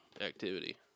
activity